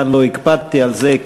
כאן לא הקפדתי על זה,